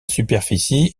superficie